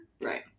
Right